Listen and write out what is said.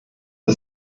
der